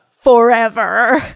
Forever